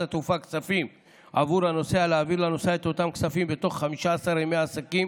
התעופה כספים עבור הנוסע להעביר לנוסע את אותם כספים בתוך 15 ימי עסקים